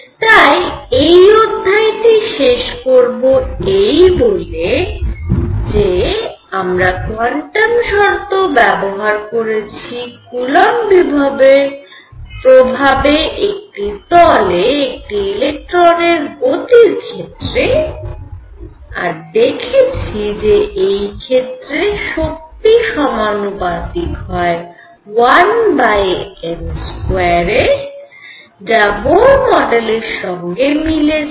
তাই এই অধ্যায়টি শেষ করব এই বলে যে আমরা কোয়ান্টাম শর্ত ব্যবহার করেছি কুলম্ব বিভবের প্রভাবে একটি তলে একটি ইলেকট্রনের গতির ক্ষেত্রে আর দেখেছি যে এই ক্ষেত্রে শক্তি সমানুপাতিক হয় 1n2 এর যা বোর মডেলের সঙ্গে মিলে যায়